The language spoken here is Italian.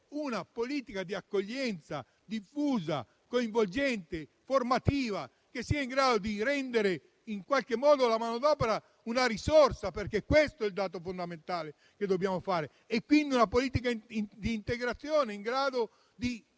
una politica di accoglienza diffusa, coinvolgente, formativa, che sia in grado di rendere la manodopera una risorsa, perché questo è il dato fondamentale che dobbiamo attuare. Quindi, una politica di integrazione in grado di